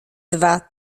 dwa